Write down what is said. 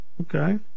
Okay